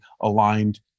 aligned